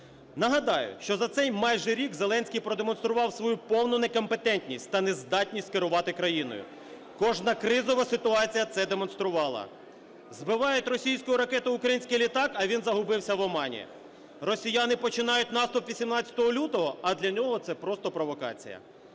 Нагадаю, що за цей майже рік Зеленський продемонстрував свою повну некомпетентність та нездатність керувати країною, кожна кризова ситуація це демонструвала. Збивають російською ракетою український літак – а він загубився в Омані. Росіяни починають наступ 18 лютого – а для нього це просто провокація.